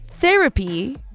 therapy